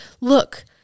Look